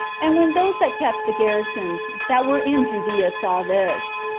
and when those that kept the garrisons that were in judea saw this,